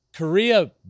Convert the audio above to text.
Korea